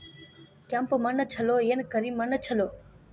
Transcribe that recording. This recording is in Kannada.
ಕೆಂಪ ಮಣ್ಣ ಛಲೋ ಏನ್ ಕರಿ ಮಣ್ಣ ಛಲೋ?